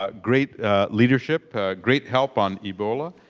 ah great leadership, a great help on ebola,